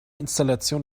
installation